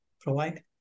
provide